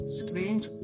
strange